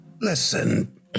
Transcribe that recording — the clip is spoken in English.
Listen